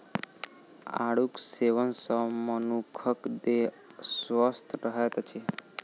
आड़ूक सेवन सॅ मनुखक देह स्वस्थ रहैत अछि